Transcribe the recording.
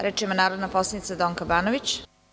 Reč ima narodna poslanica Donka Banović.